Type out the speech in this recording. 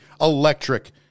electric